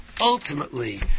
Ultimately